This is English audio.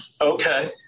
okay